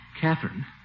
Catherine